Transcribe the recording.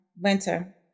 winter